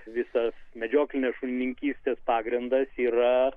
visas medžioklinės šunininkystės pagrindas yra